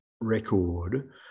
record